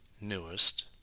Newest